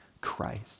Christ